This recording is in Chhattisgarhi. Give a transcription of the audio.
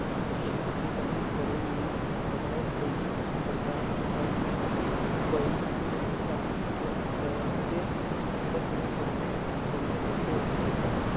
खेती किसानी करई में सरलग कइयो परकार कर पइरसानी ल कहबे दिक्कत ल कहबे सरलग होते रहथे